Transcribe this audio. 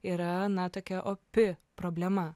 yra na tokia opi problema